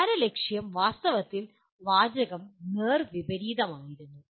പ്രധാന ലക്ഷ്യം വാസ്തവത്തിൽ വാചകം നേർവിപരീതമായിരുന്നു